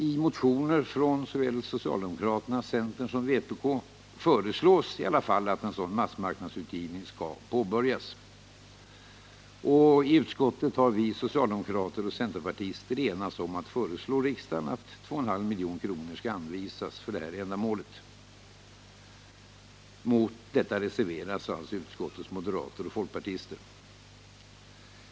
I motioner från såväl socialdemokraterna, centern som vpk föreslås emellertid att en sådan massmarknadsutgivning skall påbörjas. I utskottet har socialdemokrater och centerpartister enats om att föreslå riksdagen att 2,5 milj.kr. skall anvisas för ändamålet. Mot detta reserverar sig utskottets moderater och folkpartister.